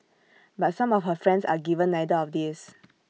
but some of her friends are given neither of these